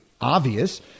obvious